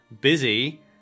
busy